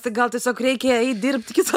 tai gal tiesiog reikia eit dirbt kito